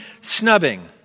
snubbing